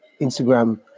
Instagram